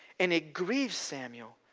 and it grieved samuel,